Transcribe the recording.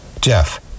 Jeff